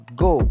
go